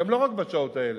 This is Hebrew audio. לא רק בשעות האלה.